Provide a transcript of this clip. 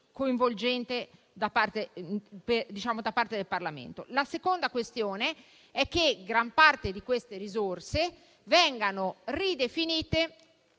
coinvolgente, da parte del Parlamento. La seconda proposta è che gran parte di queste risorse vengano ridefinite